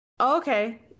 Okay